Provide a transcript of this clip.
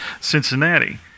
Cincinnati